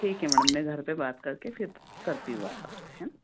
ठीक है मैडम मैं घर पे बात करके फिर करती हूँ बात आपसे है